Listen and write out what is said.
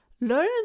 Learn